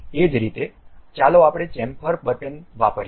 એ જ રીતે ચાલો આપણે ચેમ્ફર બટન વાપરીએ